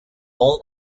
all